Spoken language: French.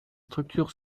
structures